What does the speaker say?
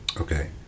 Okay